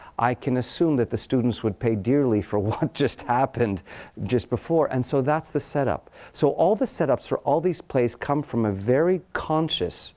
i can assume that the students would pay dearly for what just happened just before. and so, that's the setup. so all the setups for all these plays come from a very conscious